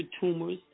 tumors